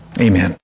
Amen